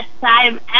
time